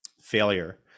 failure